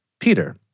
Peter